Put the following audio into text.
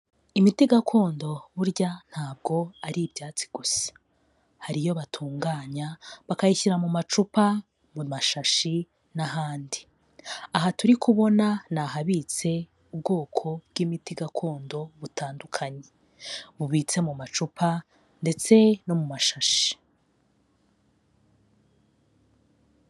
Imiti gakondo burya ntabwo ari ibyatsi gusa, hari iyo batunganya bakayishyira mu amacupa, mu mashashi n'ahandi. Aha turi kubona ni ahabitse ubwoko bw'imiti gakondo butandukanye bubitse mu macupa ndetse no mu mashashi.